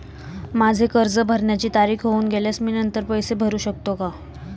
माझे कर्ज भरण्याची तारीख होऊन गेल्यास मी नंतर पैसे भरू शकतो का?